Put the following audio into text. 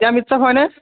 meat shop হয়নে